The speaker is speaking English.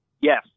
Yes